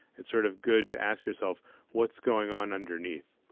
it's sort of good to ask yourself what's going on underneath.